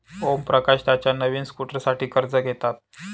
ओमप्रकाश त्याच्या नवीन स्कूटरसाठी कर्ज घेतात